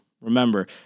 remember